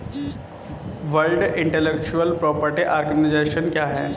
World intellectual property organisation क्या है?